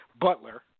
butler